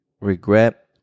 regret